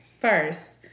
first